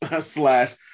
slash